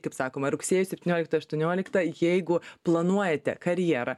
kaip sakoma rugsėjo septynioliktą aštuonioliktą jeigu planuojate karjerą